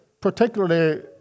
particularly